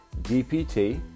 dpt